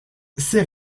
c’est